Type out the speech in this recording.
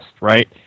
right